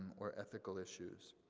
or ethical issues.